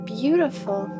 beautiful